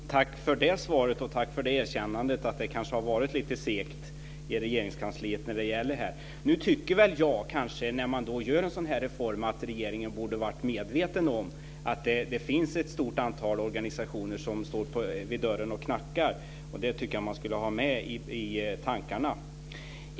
Fru talman! Tack för det svaret, och tack för erkännandet att det kanske har varit lite segt i Regeringskansliet när det gäller detta. Nu tycker väl jag, när man gör en sådan här reform, att regeringen borde ha varit medveten om att det finns ett stort antal organisationer som står vid dörren och knackar på. Det tycker jag att man skulle ha haft med i tankarna.